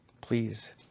Please